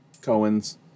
Cohen's